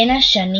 בין השנים